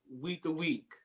week-to-week